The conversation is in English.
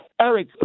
eric